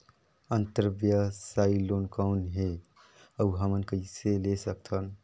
अंतरव्यवसायी लोन कौन हे? अउ हमन कइसे ले सकथन?